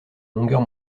longueur